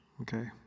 okay